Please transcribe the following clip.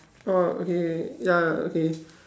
oh okay ya okay